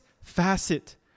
facet